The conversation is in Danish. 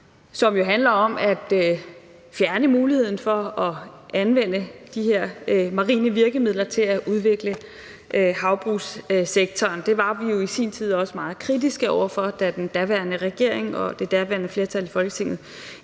som jo handler om at fjerne muligheden for at anvende de her marine virkemidler til at udvikle havbrugssektoren. Det var vi jo i sin tid også meget kritiske over for, da den daværende regering og det daværende flertal i Folketinget